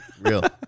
real